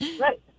Right